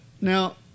Now